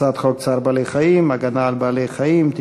הצעת חוק צער בעלי-חיים (הגנה על בעלי-חיים) (תיקון,